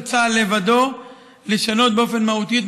של צה"ל לבדו לשנות באופן מהותי את